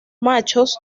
machos